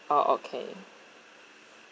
oh okay